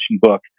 book